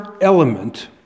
element